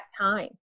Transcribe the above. time